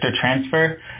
transfer